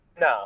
No